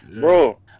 Bro